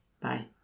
Bye